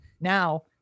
now